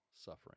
suffering